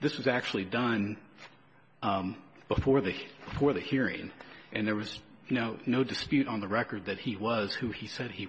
this is actually done before the heat for the hearing and there was no no dispute on the record that he was who he said he